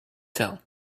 tell